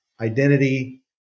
identity